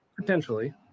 Potentially